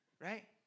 right